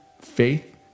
faith